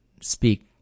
speak